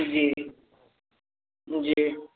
जी जी